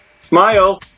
smile